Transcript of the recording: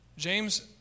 James